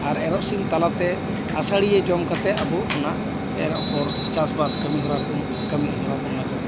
ᱟᱨ ᱮᱨᱚᱜ ᱥᱤᱢ ᱛᱟᱞᱟᱛᱮ ᱟᱥᱟᱲᱤᱭᱟᱹ ᱡᱚᱢ ᱠᱟᱛᱮ ᱟᱵᱚ ᱚᱱᱟ ᱮᱨᱚᱜ ᱯᱚᱨ ᱪᱟᱥ ᱵᱟᱥ ᱠᱟᱹᱢᱤ ᱦᱚᱨᱟ ᱨᱮᱵᱚᱱ ᱠᱟᱹᱢᱤ ᱦᱚᱨᱟ ᱵᱚᱱ ᱞᱟᱜᱟᱜᱼᱟ